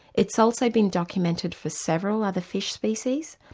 it's also been documented for several other fish species,